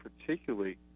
particularly